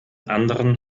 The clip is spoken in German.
anderen